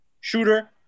Shooter